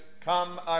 Come